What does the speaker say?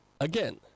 again